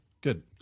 Good